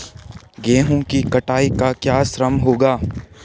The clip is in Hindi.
गेहूँ की कटाई का क्या श्रम होगा?